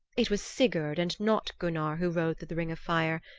it was sigurd and not gunnar who rode through the ring of fire.